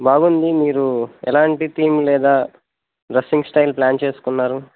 బాగుంది మీరు ఎలాంటి థీమ్ లేదా డ్రస్సింగ్ స్టైల్ ప్లాన్ చేసుకున్నారు